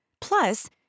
Plus